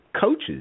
coaches